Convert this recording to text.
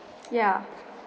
ya